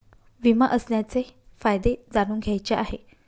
विमा असण्याचे फायदे जाणून घ्यायचे आहे